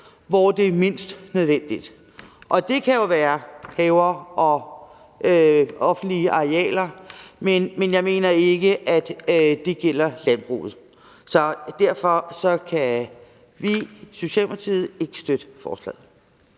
hvor det er mindst nødvendigt, og det kan jo være i haver og på offentlige arealer, men jeg mener ikke, at det gælder landbruget. Så derfor kan vi i Socialdemokratiet ikke støtte forslaget.